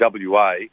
WA